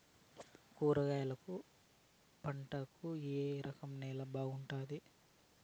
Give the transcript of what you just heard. కూరగాయల పంటలకు ఏ రకం నేలలు బాగుంటాయి?